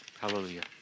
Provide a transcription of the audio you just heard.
Hallelujah